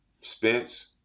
Spence